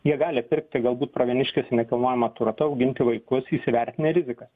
jie gali pirkti galbūt pravieniškėse nekilnojamą turtą auginti vaikus įsivertinę rizikas